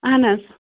اَہَن حظ